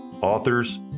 authors